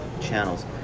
channels